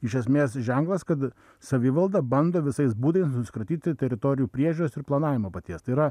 iš esmės ženklas kad savivalda bando visais būdais nusikratyti teritorijų priežiūros ir planavimo paties tai yra